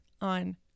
on